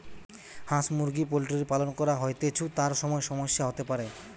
হাঁস মুরগি পোল্ট্রির পালন করা হৈতেছু, তার সময় সমস্যা হতে পারে